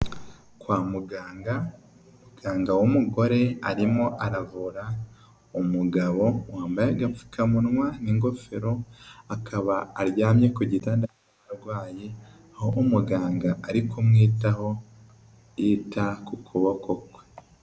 Kwa muganga, umuganga w'umugore arimo aravura umugabo wambaye agapfukamunwa n'ingofero akaba aryamye ku gitanda arwaye, aho umuganga ari kumwitaho yita ku kuboko kwe.